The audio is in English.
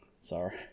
Sorry